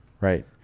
Right